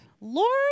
Lord